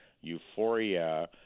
euphoria